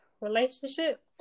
relationship